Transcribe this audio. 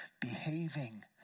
behaving